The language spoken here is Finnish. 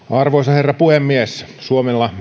arvoisa herra puhemies suomella